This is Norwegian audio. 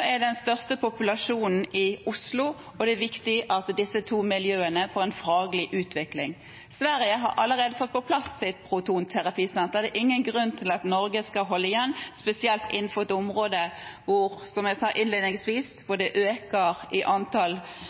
er den største populasjonen i Oslo, og det er viktig at disse to miljøene får en faglig utvikling. Sverige har allerede fått på plass sitt protonterapisenter. Det er ingen grunn til at Norge skal holde igjen, spesielt innenfor et område hvor – som jeg sa innledningsvis – antall kreftdiagnoser øker,